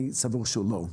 אני סבור שהוא לא.